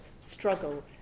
struggle